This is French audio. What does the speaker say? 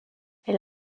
elle